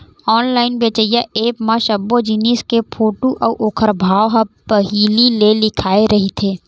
online बेचइया app म सब्बो जिनिस के फोटू अउ ओखर भाव ह पहिली ले लिखाए रहिथे